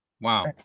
wow